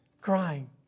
crying